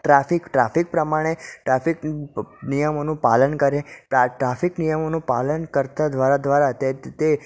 traffic traffic પ્રમાણે traffic નિયમોનું પાલન કરે ટ્રાફિક નિયમોનું પાલન કરતાં દ્વારા દ્વારા તે